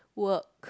work